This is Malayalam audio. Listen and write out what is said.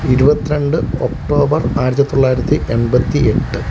ഇരുപത്തിരണ്ട് ഒക്ടോബർ ആയിരത്തി തൊള്ളായിരത്തി എൺപത്തി എട്ട്